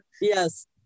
Yes